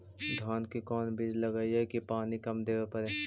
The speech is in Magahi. धान के कोन बिज लगईऐ कि पानी कम देवे पड़े?